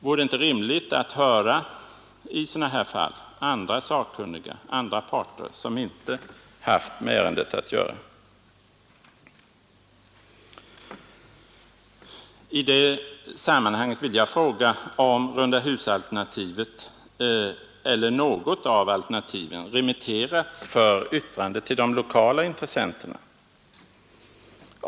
Vore det inte rimligt att i sådana här fall höra andra sakkunniga, som inte haft med ärendet att göra? I det sammanhanget vill jag fråga om rundahusalternativet eller något av alternativen för yttrande har remitterats till de lokala intressenterna.